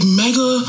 mega